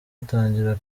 atangira